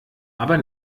aber